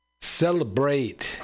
Celebrate